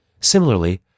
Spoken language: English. Similarly